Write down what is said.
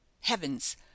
Heavens